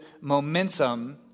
momentum